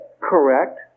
correct